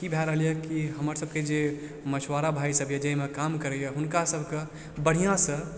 भए रहल यऽ कि हमर सबके जे मछुआरा भाइ सब यऽ जे अइमे काम करइए हुनका सबके बढ़िआँसँ